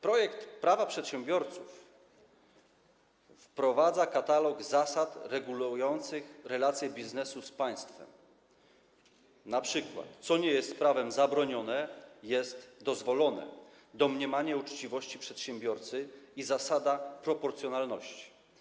Projekt Prawa przedsiębiorców wprowadza katalog zasad regulujących relacje biznesu z państwem, np. takich jak: co nie jest prawem zabronione, jest dozwolone, zasada domniemania uczciwości przedsiębiorcy i zasada proporcjonalności.